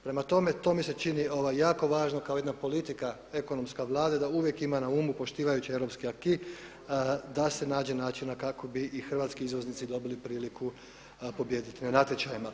Prema tome, to mi se čini jako važno kao jedna politika ekonomska Vlade da uvijek ima na umu poštivajući europski acquis da se nađe načina kako bi i hrvatski izvoznici dobili priliku pobijediti na natječajima.